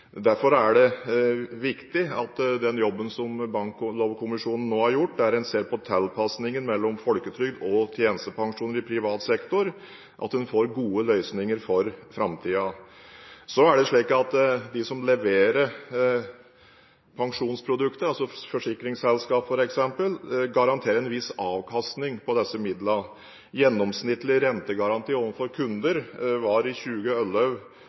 Derfor er det viktig, med den jobben som Banklovkommisjonen nå har gjort, der man har sett på tilpasningen mellom folketrygd og tjenestepensjon i privat sektor, at man får gode løsninger for framtiden. De som leverer pensjonsproduktet, f.eks. forsikringsselskaper, garanterer en viss avkastning på disse midlene. Gjennomsnittlig rentegaranti overfor kunder var i